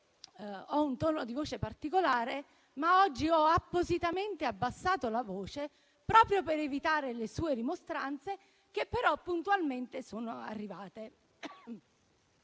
ho un tono di voce particolare, ma oggi ho appositamente abbassato la voce proprio per evitare le sue rimostranze, che però puntualmente sono arrivate.